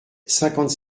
cinquante